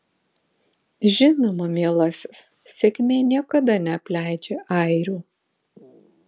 žinoma mielasis sėkmė niekada neapleidžia airių